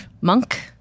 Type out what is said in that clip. monk